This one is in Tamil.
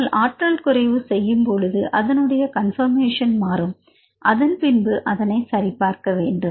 ஆனால் ஆற்றல் குறைவு செய்யும்பொழுது அதனுடைய கன்பர்மேஷன் மாறும் அதன்பின்பு அதனை சரி பார்க்க வேண்டும்